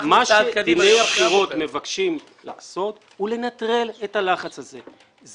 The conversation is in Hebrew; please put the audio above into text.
מה שדיני הבחירות מבקשים לעשות הוא לנטרל את הלחץ הזה.